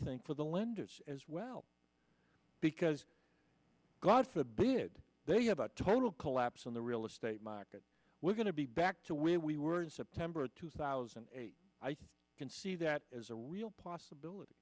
think for the lenders as well because god forbid they have a total collapse in the real estate market we're going to be back to where we were in september of two thousand and eight i can see that as a real possibility